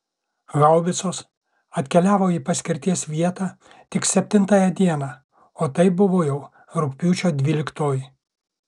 haubicos atkeliavo į paskirties vietą tik septintąją dieną o tai buvo jau rugpjūčio dvyliktoji